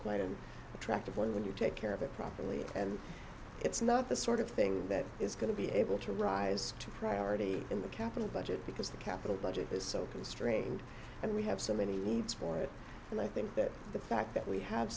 quite an attractive one when you take care of it properly and it's not the sort of thing that is going to be able to rise to a priority in the capital budget because the capital budget is so constrained and we have so many needs for it and i think that the fact that we have